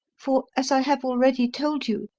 for, as i have already told you,